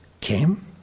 came